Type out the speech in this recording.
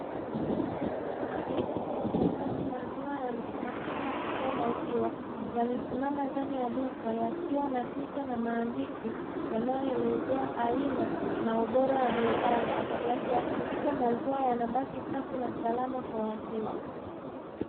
Majokofu ya kuhifadhi maziwa na mashine ya kutoa maziwa yamesimama ndani ya duka yakiwa na picha na maandishi yanayoelezea aina na ubora wa bidhaa yakihakikisha maziwa yanabaki safi na salama kwa wateja.